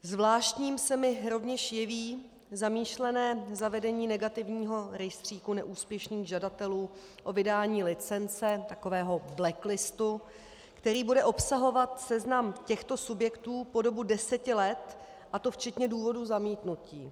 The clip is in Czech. Zvláštním se mi rovněž jeví zamýšlené zavedení negativního rejstříku neúspěšných žadatelů o vydání licence, takového black listu, který bude obsahovat seznam těchto subjektů po dobu deseti let, a to včetně důvodů zamítnutí.